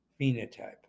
phenotype